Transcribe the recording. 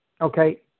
Okay